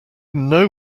know